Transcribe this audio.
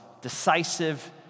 decisive